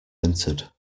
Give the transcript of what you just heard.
entered